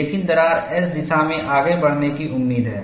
लेकिन दरार S दिशा में आगे बढ़ने की उम्मीद है